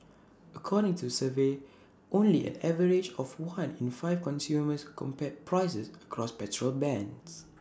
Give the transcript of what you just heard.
according to the survey only an average of one in five consumers compared prices across petrol brands